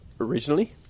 originally